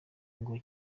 ngo